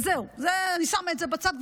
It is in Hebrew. וזהו, אני שמה את זה בצד.